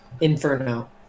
Inferno